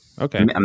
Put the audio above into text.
Okay